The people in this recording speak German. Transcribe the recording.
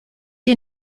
ihr